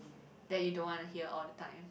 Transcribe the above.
that you don't want to hear all the time